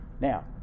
Now